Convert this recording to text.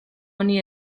honi